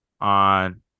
on